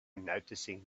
noticing